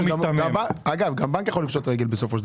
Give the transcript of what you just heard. גם בנק יכול לפשוט רגל.